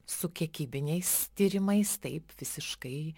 su kiekybiniais tyrimais taip visiškai